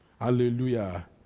Hallelujah